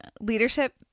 leadership